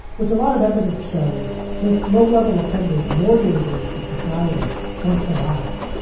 which a lot of evidence shows makes low level offenders more dangerous to society once they're out.